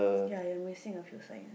ya you're missing a few signs